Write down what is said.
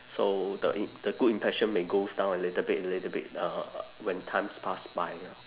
so the im~ the good impression may goes down a little bit a little bit uh when times pass by ah